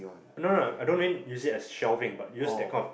I don't know I don't mean use it as shelving but use that kind of